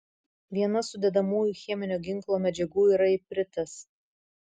viena sudedamųjų cheminio ginklo medžiagų yra ipritas